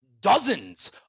dozens